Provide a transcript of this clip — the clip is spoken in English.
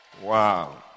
Wow